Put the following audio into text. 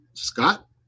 Scott